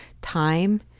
time